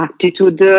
attitude